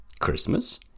Christmas